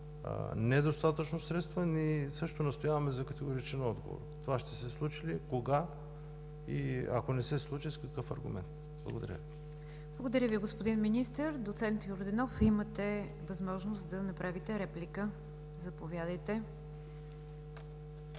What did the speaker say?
недостатъчно средства. Ние също настояваме за категоричен отговор. Това ще се случи ли? Кога? И ако не се случи, с какъв аргумент? Благодаря. ПРЕДСЕДАТЕЛ НИГЯР ДЖАФЕР: Благодаря Ви, господин Министър. Доц. Йорданов, имате възможност да направите реплика. Заповядайте.